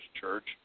Church